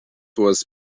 was